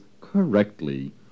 correctly